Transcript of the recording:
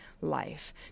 life